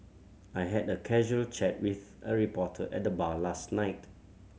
I had a casual chat with a reporter at the bar last night